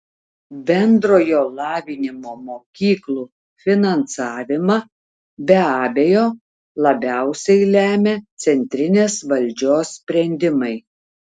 bendrojo lavinimo mokyklų finansavimą be abejo labiausiai lemia centrinės valdžios sprendimai